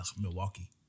Milwaukee